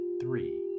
three